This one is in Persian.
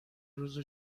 روز